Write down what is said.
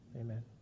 amen